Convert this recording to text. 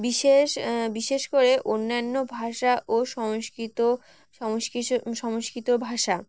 বিশেষ বিশেষ করে অন্যান্য ভাষা ও সংস্কৃত সংস্ক সংস্কৃত ভাষা